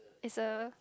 is a